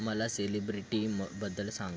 मला सेलिब्रिटींबद्दल सांग